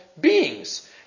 beings